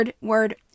word